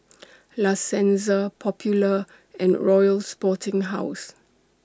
La Senza Popular and Royal Sporting House